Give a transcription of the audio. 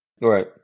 Right